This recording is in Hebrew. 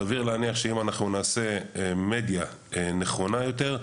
סביר להניח שאם אנחנו נעשה מדיה נכונה יותר,